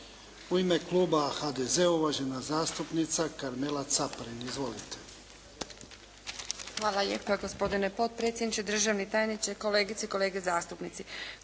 U ime kluba HDZ-a, uvažena zastupnica Karmela Caparin. **Caparin, Karmela (HDZ)** Hvala lijepa gospodine potpredsjedniče. Državni tajniče, kolegice i kolege zastupnici.